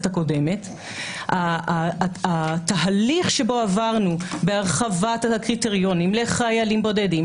הקודמת התהליך אותו עברנו בהרחבת הקריטריונים לחיילים בודדים,